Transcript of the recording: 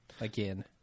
again